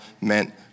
meant